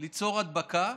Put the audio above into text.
ליצור הדבקה,